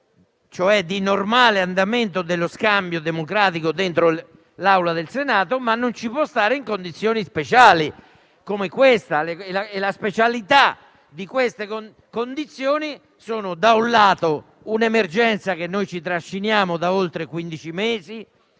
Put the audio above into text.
cioè di normale andamento dello scambio democratico dentro l'Aula del Senato; ma non ci può stare in condizioni speciali come questa. La specialità di queste condizioni è data da un lato da un'emergenza che ci trasciniamo da oltre quindici